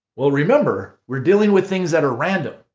well remember, we're dealing with things that are random.